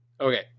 Okay